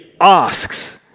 asks